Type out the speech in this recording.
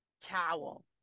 towel